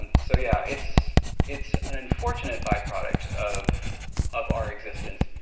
so yeah, it's it's an unfortunate byproduct of of our existence,